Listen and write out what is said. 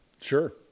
Sure